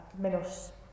menos